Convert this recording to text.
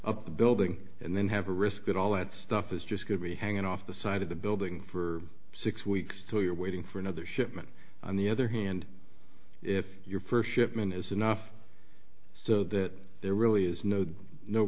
up the building and then have to risk it all that stuff is just good really hanging off the side of the building for six weeks two year waiting for another shipment on the other hand if your first shipment is enough so that there really is no no